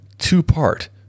two-part